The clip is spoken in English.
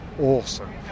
awesome